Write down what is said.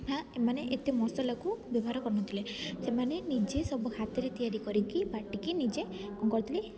ନା ଏମାନେ ଏତେ ମସଲାକୁ ବ୍ୟବହାର କରୁନଥିଲେ ସେମାନେ ନିଜେ ସବୁ ହାତରେ ତିଆରି କରିକି ବାଟିକି ନିଜେ କଣ କରୁଥିଲେ